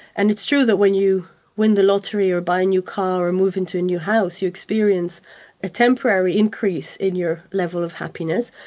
and it's true that when you win the lottery or buy a new car and move into a new house, you experience a temporary increase in your level of happiness,